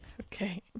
Okay